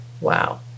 Wow